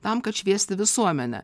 tam kad šviesti visuomenę